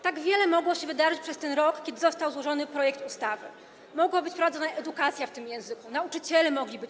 Tak wiele mogło się wydarzyć przez ten rok, kiedy został złożony projekt ustawy, mogła być prowadzona edukacja w tym języku, nauczyciele mogli być